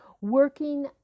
working